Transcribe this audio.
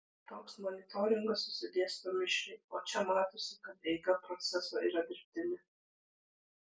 toks monitoringas susidėsto mišriai o čia matosi kad eiga proceso yra dirbtinė